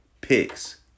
picks